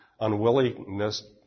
unwillingness